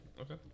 Okay